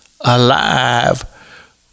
alive